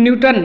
Newton